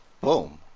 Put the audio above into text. Boom